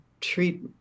treat